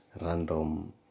random